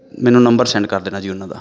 ਮੈਨੂੰ number send ਕਰ ਦੇਣਾ ਜੀ ਉਹਨਾਂ ਦਾ